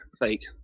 fake